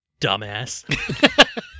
Dumbass